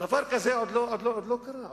דבר כזה עוד לא קרה.